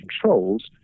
controls